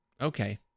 Okay